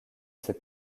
ses